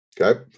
okay